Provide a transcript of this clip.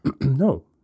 No